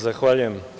Zahvaljujem.